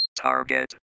Target